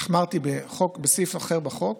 החמרתי בסעיף אחר בחוק,